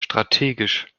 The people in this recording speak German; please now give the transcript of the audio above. strategisch